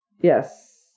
Yes